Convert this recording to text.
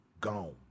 gone